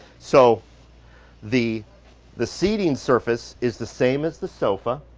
so the the seating surface is the same as the sofa